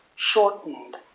Shortened